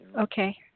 Okay